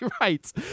Right